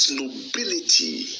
nobility